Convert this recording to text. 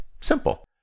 Simple